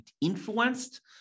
influenced